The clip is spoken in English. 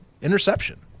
interception